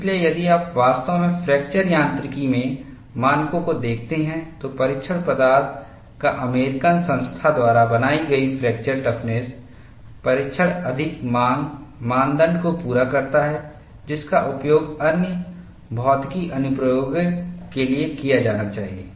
इसलिए यदि आप वास्तव में फ्रैक्चर यांत्रिकी में मानकों को देखते हैं तो परिक्षण पदार्थ का अमेरिकन संस्था द्वारा बनाई गई फ्रैक्चर टफ़्नस परीक्षण अधिक मांग मानदंड को पूरा करता है जिसका उपयोग अन्य भौतिकी अनुप्रयोगों के लिए किया जाना चाहिए